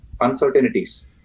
uncertainties